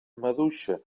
maduixa